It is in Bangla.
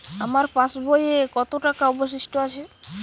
আমার পাশ বইয়ে কতো টাকা অবশিষ্ট আছে?